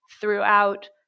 throughout